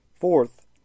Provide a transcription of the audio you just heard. Fourth